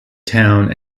town